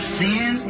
sin